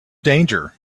danger